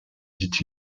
dit